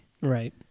Right